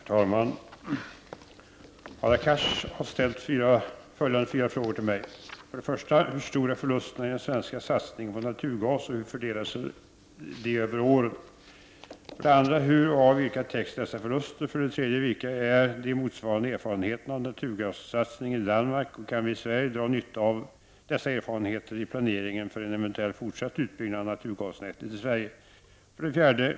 Herr talman! Hadar Cars har ställt följande fyra frågor till mig: 1. Hur stora är förlusterna i den svenska satsningen på naturgas, och hur fördelar de sig över åren? 2. Hur och av vilka täcks dessa förluster? 3. Vilka är de motsvarande erfarenheterna av naturgassatsningen i Danmark, och kan vi i Sverige dra nytta av dessa erfarenheter i planeringen för en eventuell forsatt utbyggnad av naturgasnätet i Sverige? 4.